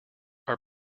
our